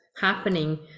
happening